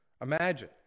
Imagine